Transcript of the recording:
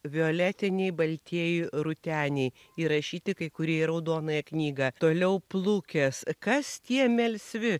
violetiniai baltieji rūteniai įrašyti kai kurie į raudonąją knygą toliau plukės kas tie melsvi